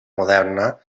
moderna